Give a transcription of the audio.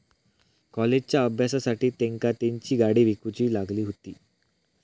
कॉलेजच्या अभ्यासासाठी तेंका तेंची गाडी विकूची लागली हुती